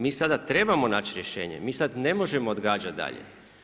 Mi sada trebamo naći rješenje, mi sada ne možemo odgađati dalje.